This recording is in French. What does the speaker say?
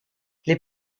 les